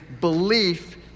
belief